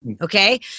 Okay